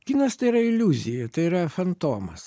kinas tai yra iliuzija tai yra fantomas